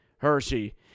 Hershey